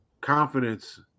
confidence